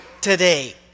today